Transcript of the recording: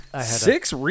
six